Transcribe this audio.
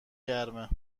گرمه